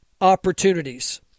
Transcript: opportunities